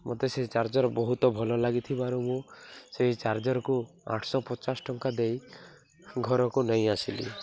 ମୋତେ ସେ ଚାର୍ଜର୍ ବହୁତ ଭଲ ଲାଗିଥିବାରୁ ମୁଁ ସେଇ ଚାର୍ଜରକୁ ଆଠଶହ ପଚାଶ ଟଙ୍କା ଦେଇ ଘରକୁ ନେଇ ଆସିଲି